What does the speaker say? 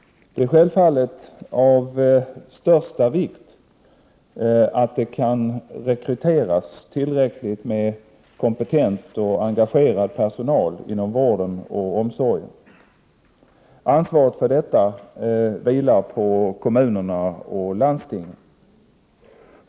Det är självfallet av största vikt att det kan rekryteras tillräckligt med kompetent och engagerad personal inom vården och omsorgen. Ansvaret för detta vilar på kommunerna och landstingen.